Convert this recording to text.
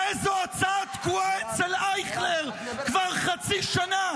ואיזו הצעה תקועה אצל אייכלר כבר חצי שנה?